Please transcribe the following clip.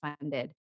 funded